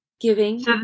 Giving